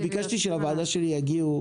שלוועדה שלי יגיעו